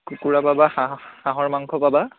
কুকুৰা পাবা হাঁহ হাঁহৰ মাংস পাবা